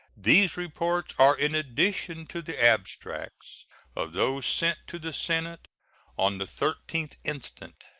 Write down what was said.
these reports are in addition to the abstracts of those sent to the senate on the thirteenth instant.